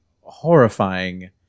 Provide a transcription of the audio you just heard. horrifying